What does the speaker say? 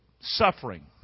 Suffering